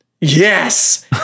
Yes